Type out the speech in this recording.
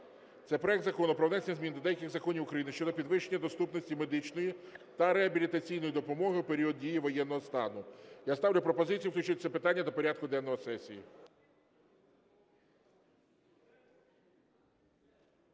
Це проект Закону про внесення змін до деяких законів України щодо підвищення доступності медичної та реабілітаційної допомоги у період дії воєнного стану. Я ставлю пропозицію включити це питання до порядку денного сесії.